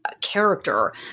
Character